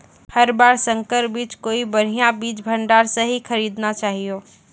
हर बार संकर बीज कोई बढ़िया बीज भंडार स हीं खरीदना चाहियो